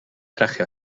traje